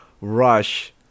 rush